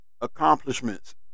accomplishments